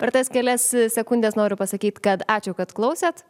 per tas kelias sekundes noriu pasakyt kad ačiū kad klausėt